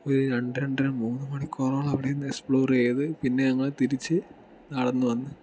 ഒരു രണ്ട് രണ്ടര മൂന്ന് മണിക്കൂറോളം അവിടെ നിന്ന് എക്സ്പ്ലോർ ചെയ്ത് പിന്നെ ഞങ്ങൾ തിരിച്ച് നടന്ന് വന്ന്